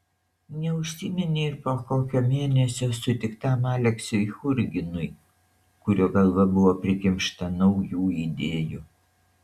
neužsiminei ir po kokio mėnesio sutiktam aleksiui churginui kurio galva buvo prikimšta naujų idėjų